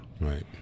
Right